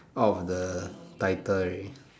out of the title already